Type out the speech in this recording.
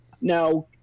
Now